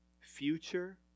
future